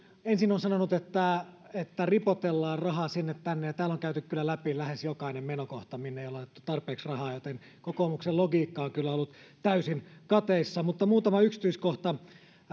ensin on sanonut että että ripotellaan rahaa sinne tänne ja sitten täällä on käyty kyllä läpi lähes jokainen menokohta minne ei ole laitettu tarpeeksi rahaa joten kokoomuksen logiikka on kyllä ollut täysin kateissa muutama yksityiskohta